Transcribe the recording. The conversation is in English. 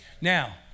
Now